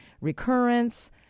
recurrence